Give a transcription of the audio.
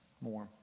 more